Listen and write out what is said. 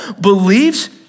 believes